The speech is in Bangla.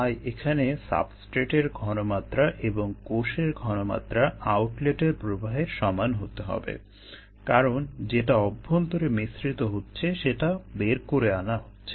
তাই এখানে সাবস্ট্রেটের ঘনমাত্রা এবং কোষের ঘনমাত্রা আউটলেট প্রবাহের সমান হতে হবে কারণ যেটা অভ্যন্তরে মিশ্রিত হচ্ছে সেটাই বের করে আনা হচ্ছে